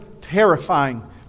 terrifying